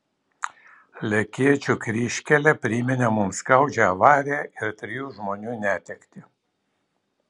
lekėčių kryžkelė priminė mums skaudžią avariją ir trijų žmonių netektį